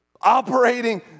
operating